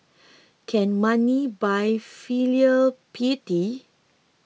can money buy filial piety